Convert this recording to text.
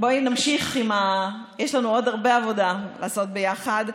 בואי נמשיך, יש לנו עוד הרבה עבודה לעשות ביחד,